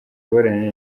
ngorane